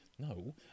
No